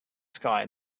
sky